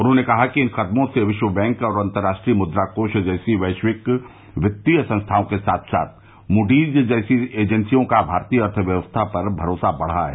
उन्होंने कहा कि इन कदमों से विश्व बैंक और अंतर्राष्ट्रीय मुद्रा कोष जैसी वैश्विक वित्तीय संस्थाओं के साथ साथ मूडीज जैसी एजेंसियों का भारतीय अर्थव्यवस्था पर भरोसा बढ़ा है